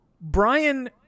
Brian